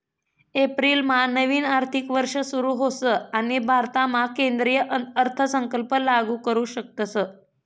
एप्रिलमा नवीन आर्थिक वर्ष सुरू होस आणि भारतामा केंद्रीय अर्थसंकल्प लागू करू शकतस